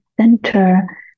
center